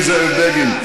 שר ללא תיק.